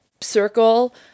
circle